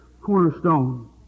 cornerstone